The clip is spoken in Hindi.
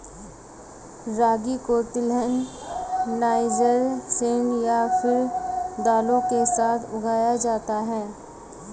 रागी को तिलहन, नाइजर सीड या फिर दालों के साथ उगाया जाता है